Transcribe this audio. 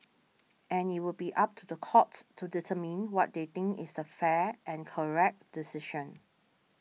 and it would be up to the courts to determine what they think is the fair and correct decision